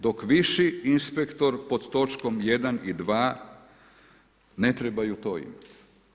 Dok viši inspektor pod točkom 1 i 2 ne trebaju to imat.